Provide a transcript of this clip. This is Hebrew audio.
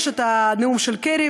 יש הנאום של קרי,